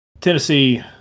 Tennessee